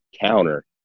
counter